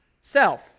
Self